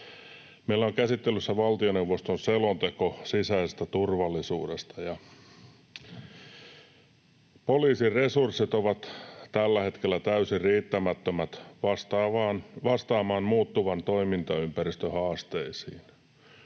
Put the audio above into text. Meillä on käsittelyssä valtioneuvoston selonteko sisäisestä turvallisuudesta. Poliisin resurssit ovat tällä hetkellä täysin riittämättömät vastaamaan muuttuvan toimintaympäristön haasteisiin.